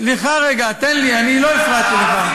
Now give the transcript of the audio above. סליחה רגע, תן לי, אני לא הפרעתי לך.